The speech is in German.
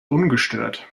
ungestört